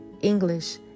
English